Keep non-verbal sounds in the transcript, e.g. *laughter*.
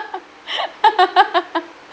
*laughs* *breath* *laughs*